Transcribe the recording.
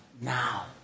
now